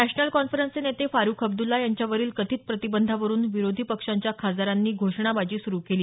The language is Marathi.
नॅशनल कौन्फ्रेन्सचे नेते फारुख अब्दूल्ला यांच्यावरील कथित प्रतिबंधावरून विरोधी पक्षांच्या खासदारांनी घोषणाबाजी सुरू केली